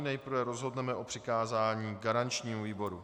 Nejprve rozhodneme o přikázání garančnímu výboru.